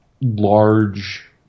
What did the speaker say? large